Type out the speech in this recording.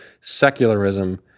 secularism